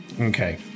Okay